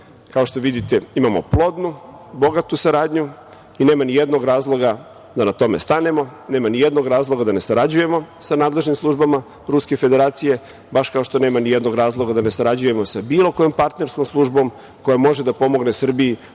što vidite, imamo plodnu, bogatu saradnju i nema ni jednog razloga da na tome stanemo, nema ni jednog razloga da ne sarađujemo sa nadležnim službama Ruske Federacije, baš kao što nema ni jednog razloga da ne sarađujemo sa bilo kojom partnerskom službom koja može da pomogne Srbiji